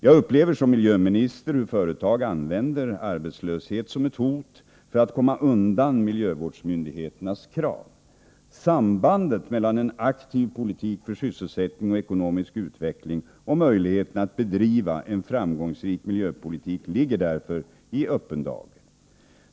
Jag upplever som miljöminister hur företag använder arbetslöshet som ett hot för att komma undan miljövårdsmyndigheternas krav. Sambandet mellan en aktiv politik för sysselsättning och ekonomisk utveckling och möjligheterna att bedriva en framgångsrik miljöpolitik ligger därför i öppen dag.